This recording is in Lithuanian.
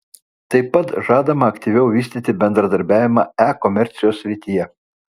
tai pat žadama aktyviau vystyti bendradarbiavimą e komercijos srityje